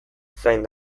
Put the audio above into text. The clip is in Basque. zain